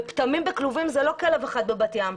פטמים בכלובים זה לא כלב אחד בבת ים,